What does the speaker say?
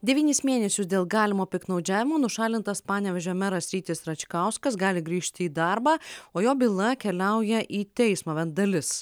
devynis mėnesius dėl galimo piktnaudžiavimo nušalintas panevėžio meras rytis račkauskas gali grįžti į darbą o jo byla keliauja į teismą bent dalis